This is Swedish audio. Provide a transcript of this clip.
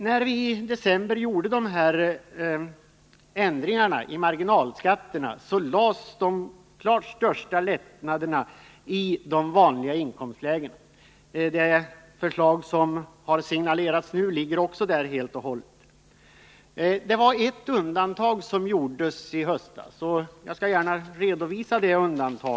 När vi i december företog ändringarna i marginalskatterna lades de klart största lättnaderna i de vanliga inkomstlägena. I det förslag som har signalerats nu ligger lättnaderna också helt och hållet där. Det gjordes ett undantag i höstas, och jag skall gärna redovisa det.